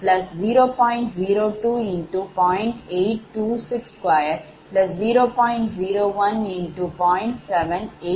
153x0